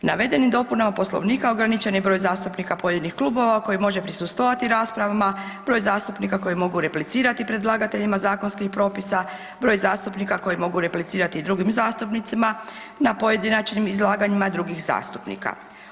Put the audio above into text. Navedenim dopunama Poslovnika ograničen je broj zastupnika pojedinih klubova koji može prisustvovati raspravama, broj zastupnika koji mogu replicirati predlagateljima zakonskih propisa, broj zastupnika koji mogu replicirati drugim zastupnicima na pojedinačnim izlaganjima drugih zastupnika.